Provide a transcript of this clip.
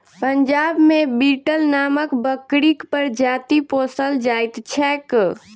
पंजाब मे बीटल नामक बकरीक प्रजाति पोसल जाइत छैक